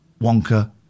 wonka